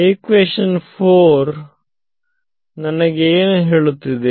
equation 4 ನನಗೆ ಏನು ಹೇಳುತ್ತಿದೆ